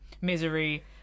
misery